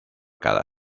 cada